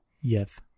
Yes